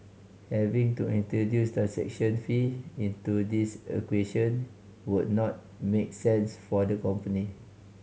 having to introduce transaction fee into this equation would not make sense for the company